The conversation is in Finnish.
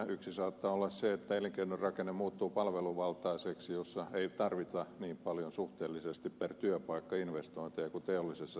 yksi saattaa olla se että elinkeinorakenne muuttuu palveluvaltaiseksi jolloin ei tarvita investointeja niin paljon suhteellisesti per työpaikka kuin teollisessa toiminnassa